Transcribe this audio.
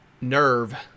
Nerve